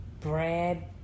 bread